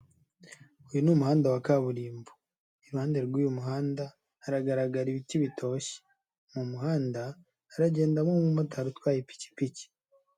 Uyu ni umuhanda wa kaburimbo. Iruhande rw'uyu muhanda haragaragara ibiti bitoshye. Mu muhanda haragendamo umumotari utwaye ipikipiki.